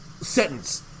sentence